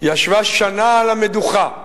ישבה שנה על המדוכה,